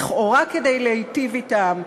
לכאורה כדי להיטיב אתם,